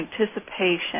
anticipation